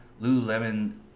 Lululemon